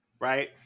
right